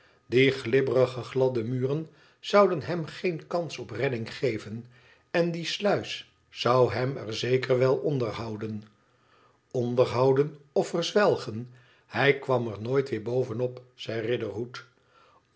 die glibberige gladde muren zouden hem geen kans op redding geven en die sluis zou hem er zeker wel onder houden onder houden of verzwelgen hij kwam er nooit weer